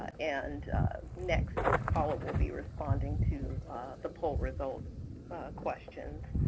and next, paula will be responding to the poll results questions.